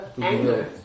Anger